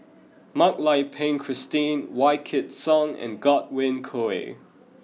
Mak Lai Peng Christine Wykidd Song and Godwin Koay